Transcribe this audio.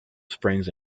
springs